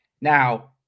Now